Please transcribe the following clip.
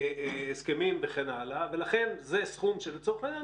הסכמים וכן הלאה ולכן זה סכום שלצורך העניין